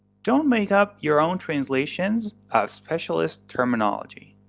don't make up your own translations of specialist terminology.